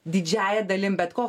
didžiąja dalim bet ko